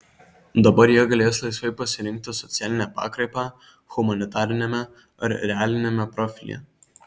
dabar jie galės laisvai pasirinkti socialinę pakraipą humanitariniame ar realiniame profilyje